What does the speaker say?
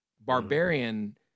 barbarian